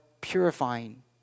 purifying